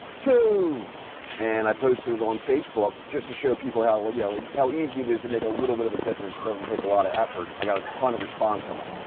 two and i posted it on facebook just to show people how, well, you know, how easy it is to make a little bit of a difference. it doesn't take a lot of effort. i got a ton of response from it.